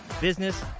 business